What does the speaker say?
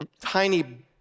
tiny